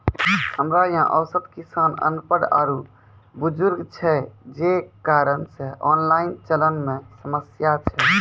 हमरा यहाँ औसत किसान अनपढ़ आरु बुजुर्ग छै जे कारण से ऑनलाइन चलन मे समस्या छै?